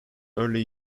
early